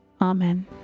Amen